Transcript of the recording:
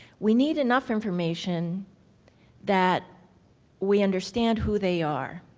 we need enough information that we understand who they are,